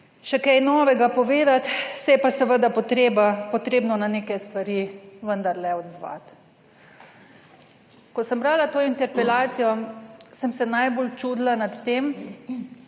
še kaj novega povedati, se je pa seveda potreba potrebno na neke stvari vendarle odzvati. Ko sem brala to interpelacijo, sem se najbolj čudila nad tem,